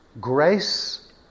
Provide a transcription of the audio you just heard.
grace